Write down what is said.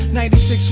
96